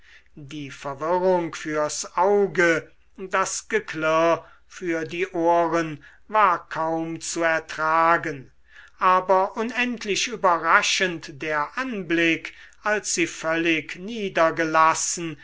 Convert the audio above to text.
die verwirrung fürs auge das geklirr für die ohren war kaum zu ertragen aber unendlich überraschend der anblick als sie völlig niedergelassen